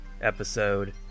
episode